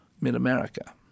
mid-America